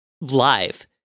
live